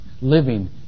living